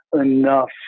enough